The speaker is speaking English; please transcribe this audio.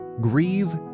Grieve